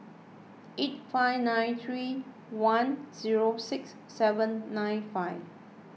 eight five nine three one zero six seven nine five